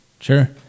Sure